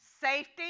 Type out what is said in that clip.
Safety